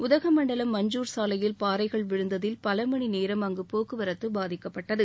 உதகமண்டலம் மஞ்சூர் சாலையில் பாறைகள் விழுந்ததில் பலமணிநேரம் அங்கு போக்குவரத்து பாதிக்கப்பட்டது